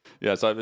Yes